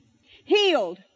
Healed